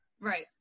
Right